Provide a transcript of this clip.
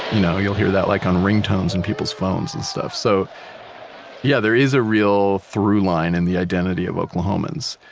know, you'll hear that like on ringtones, and people's phones and stuff. so yeah, there is a real throughline in the identity of oklahomans.